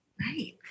Right